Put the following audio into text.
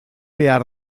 behar